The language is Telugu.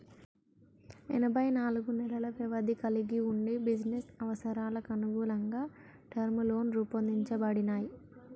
ఎనబై నాలుగు నెలల వ్యవధిని కలిగి వుండి బిజినెస్ అవసరాలకనుగుణంగా టర్మ్ లోన్లు రూపొందించబడినయ్